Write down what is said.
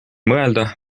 mõelda